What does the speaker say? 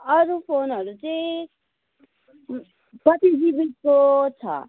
अरू फोनहरू चाहिँ कति जिबीको छ